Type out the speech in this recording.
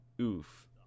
Oof